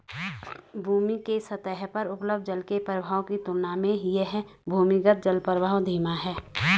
भूमि के सतह पर उपलब्ध जल के प्रवाह की तुलना में यह भूमिगत जलप्रवाह धीमा है